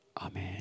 Amen